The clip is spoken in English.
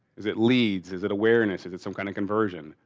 is it leads? is it awareness? is it some kind of conversion?